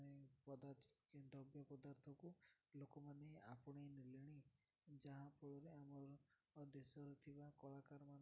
ପଦାର୍ଥ ଦ୍ରବ୍ୟ ପଦାର୍ଥକୁ ଲୋକମାନେ ଆପଣେଇ ନେଲେଣି ଯାହାଫଳରେ ଆମର ଦେଶରେ ଥିବା କଳାକାରମାନ